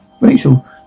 Rachel